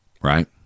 Right